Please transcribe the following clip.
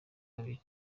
kabiri